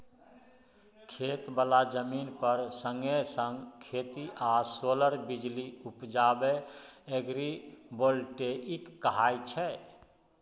खेत बला जमीन पर संगे संग खेती आ सोलर बिजली उपजाएब एग्रीबोल्टेइक कहाय छै